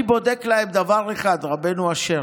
אני בודק להם דבר אחד, רבנו אשר: